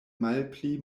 malpli